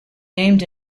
named